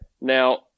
now